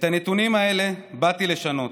את הנתונים האלה באתי לשנות,